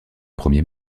premier